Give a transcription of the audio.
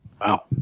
Wow